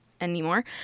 anymore